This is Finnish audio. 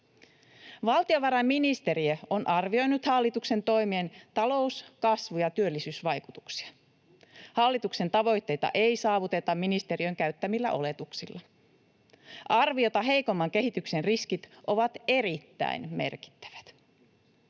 Valtiovarainministeriö on arvioinut hallituksen toimien talous‑, kasvu‑ ja työllisyysvaikutuksia. Hallituksen tavoitteita ei saavuteta ministeriön käyttämillä oletuksilla. Arviota heikomman kehityksen riskit ovat erittäin merkittävät.